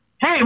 hey